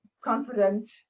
confident